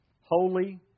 holy